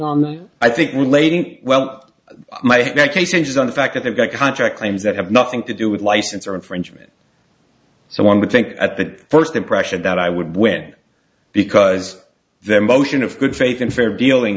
the i think relating well my cases on the fact that the guy contract claims that have nothing to do with license or infringement so one would think at that first impression that i would win because their motion of good faith and fair dealing